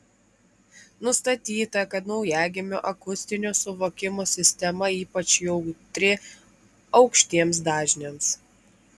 nustatyta kad naujagimio akustinio suvokimo sistema ypač jautri aukštiems dažniams